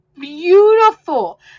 beautiful